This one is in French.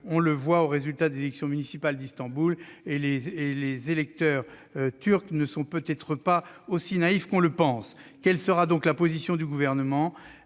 on le constate au résultat des élections municipales d'Istanbul. Et les électeurs turcs ne sont peut-être pas aussi naïfs qu'on le pense ! Quelle sera donc la position du Gouvernement ?